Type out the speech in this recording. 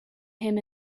him